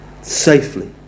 safely